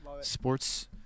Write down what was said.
Sports